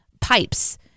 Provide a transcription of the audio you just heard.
pipes